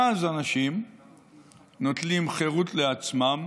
ואז אנשים נוטלים חירות לעצמם